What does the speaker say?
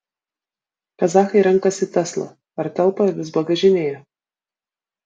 kazachai renkasi tesla ar telpa avis bagažinėje